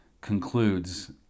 concludes